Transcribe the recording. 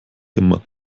immer